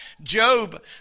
Job